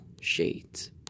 shades